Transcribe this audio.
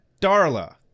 Darla